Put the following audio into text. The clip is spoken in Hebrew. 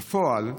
בפועל,